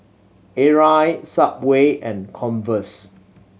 Arai Subway and Converse